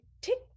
tick